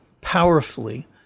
powerfully